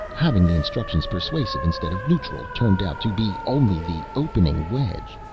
having the instructions persuasive instead of neutral turned out to be only the opening wedge.